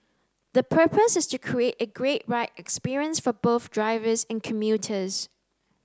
the purpose is to create a great ride experience for both drivers and commuters